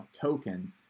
token